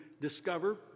discover